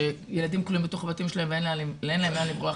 שילדים כלואים בתוך הבתים שלהם ואין להם לאן לברוח.